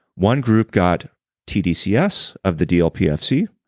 one group got tdcs, of the dfplc.